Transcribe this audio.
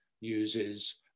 uses